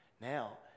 Now